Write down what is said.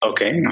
Okay